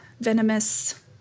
venomous